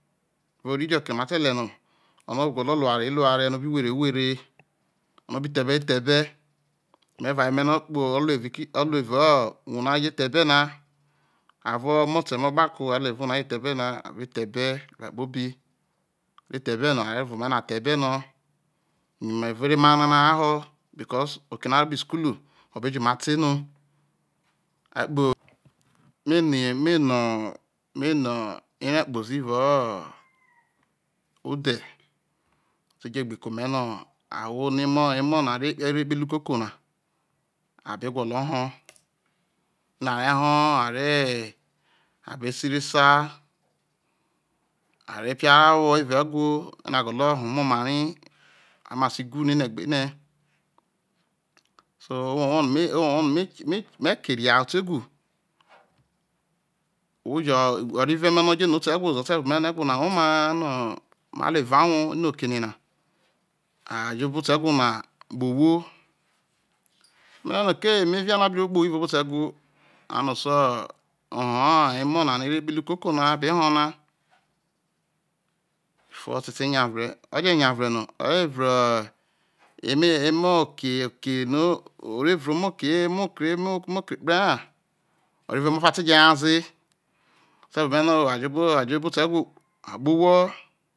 ohworro irioke ma tele no, onoi gwolo ru owule npe nyairu aware no bi nwere bwere ono bi ther ebe ther ebe̠ me̠ re̠ nue oye me̠ no̠o̠ kpo okpohoevao uwor no are jo thei e̠be̠ na avo o̠mo̠te̠ me̠ okpuko are̠ ruo evao uwor no̠ are ro ther e̠be̠ na are ther e̠be̠ oghere kpobi aje ther e̠be̠ na are vue̠ oma ino a thei ebe no yo me vue ero emaha nano ahai no because oke no̠ aro kpoho isukulu o̠ be joma te no kpo meme me nome no ere kpozi evao ode ate jegbe ke ome no ahwo no emo emo na arro ekpehre okoko na abe gwolo ho no are no are abe sa iresa arro epia wo evao ewho no a gwolo ino a gwolo nai no omoma ra ma must who no ene gbe ne so owowo no me owowo no me keke ke me kena otewho ohwo jo orive me no oje no obo oto ewho ze o̠te̠ vue̠ ome̠ no̠ e̠who na woma aha ino ma mo evaov wou ino okenana ajo obo oto e who na kpe ohwo me te tano ko eme viano abiro kpeohwo evao obo oto ewho ano so oho emonano erro ekpehre ukoko na aibe hona before ote te nyavre o je nyuvre no ore vre erroekemu ore ure omokeomoke omoke kpre ha onue me ofa teje nyaze ote vue ome̠ no̠ ajo obo̠ oto ewho akpe ohwo